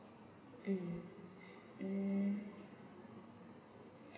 mm mm